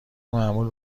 معمول